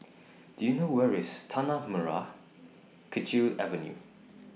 Do YOU know Where IS Tanah Merah Kechil Avenue